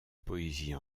poésie